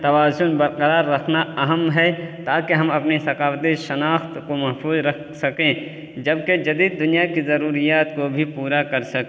توازن برقرار رکھنا اہم ہے تاکہ ہم اپنی ثقافتی شناخت کو محفوظ رکھ سکیں جبکہ جدید دنیا کی ضروریات کو بھی پورا کر سک